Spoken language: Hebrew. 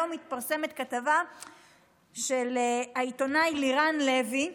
היום מתפרסמת כתבה של העיתונאי לירן לוי ב-ynet,